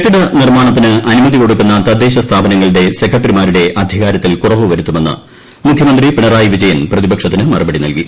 കെട്ടിട നിർമാണത്തിന് അനുമതി കൂകാടുക്കുന്ന തദ്ദേശ സ്ഥാപനങ്ങളുടെ സെക്രട്ടറിമ്മാർുടെ ്അധികാരത്തിൽ കുറവ് വരുത്തുമെന്ന് മുഖ്യമന്ത്രി പ്പി്ണ്റായി വിജയൻ പ്രതിപക്ഷത്തിന് മറുപടി നൽകി